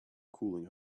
cooling